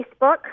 Facebook